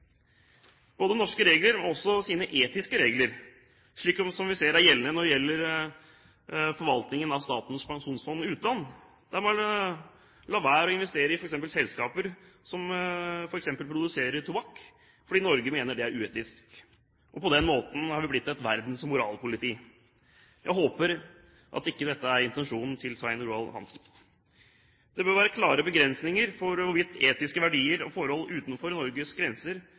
norske regler, men også etiske regler, som er gjeldende i tilknytning til forvaltningen av Statens pensjonsfond utland. Der lar man være å investere i selskaper som f.eks. produserer tobakk, fordi Norge mener det er uetisk. På den måten er vi blitt et verdens moralpoliti. Jeg håper dette ikke er intensjonen til Svein Roald Hansen. Det bør være klare begrensninger av hvorvidt etiske verdier og forhold utenfor Norges grenser